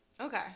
Okay